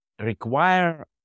require